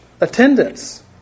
attendance